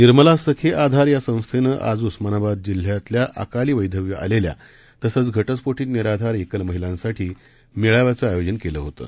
निर्मला सखी आधार या संस्थेनं आज उस्मानाबाद जिल्ह्यातल्या अकाली वैधव्य आलेल्या तसंच घटस्फोटीत निराधार एकल महिलांसाठी मेळाव्याचं आयोजन केलं होतं